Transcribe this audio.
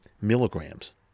milligrams